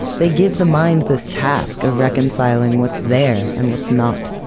they give the mind this task of reconciling what's there and what's not.